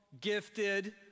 gifted